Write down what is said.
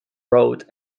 wrote